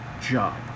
job